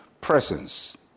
presence